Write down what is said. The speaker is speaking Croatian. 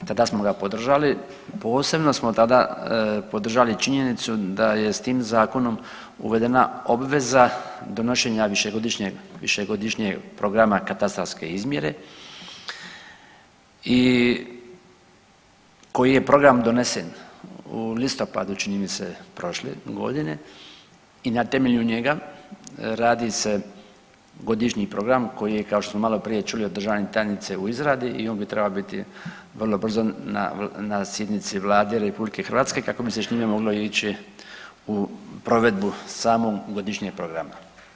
I tada smo ga podržali, posebno smo tada podržali činjenicu da je s tim zakonom uvedena obveza donošenja višegodišnjeg, višegodišnjeg programa katastarske izmjere i koji je program donesen u listopadu čini mi se prošle godine i na temelju njega radi se godišnji program koji je kao što smo maloprije čuli od državne tajnice u izradi i on bi trebao biti vrlo na sjednici Vlade RH kako bi se s njime moglo ići u provedbu samog godišnjeg programa.